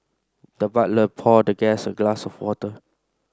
the butler poured the guest a glass of water